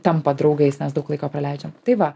tampa draugais nes daug laiko praleidžiam tai va